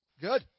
Good